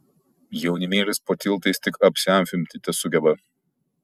jaunimėlis po tiltais tik apsiamfinti tesugeba